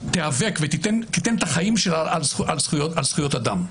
שתיאבק ותיתן את החיים שלה על זכויות אדם.